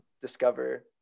discover